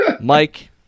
Mike